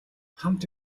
хамт